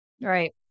right